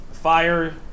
fire